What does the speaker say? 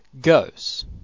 goes